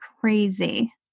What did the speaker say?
crazy